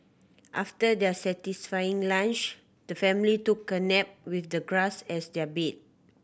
after their satisfying lunch the family took a nap with the grass as their bed